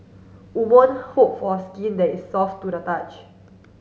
woman hope for skin that is soft to the touch